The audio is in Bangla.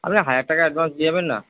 আপনি হাজার টাকা অ্যাডভানস দিয়ে যাবেন না